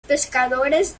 pescadores